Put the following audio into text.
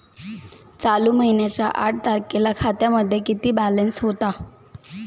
चालू महिन्याच्या आठ तारखेला खात्यामध्ये किती बॅलन्स होता?